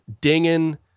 dinging